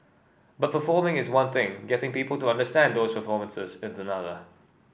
but performing is one thing getting people to understand those performances is another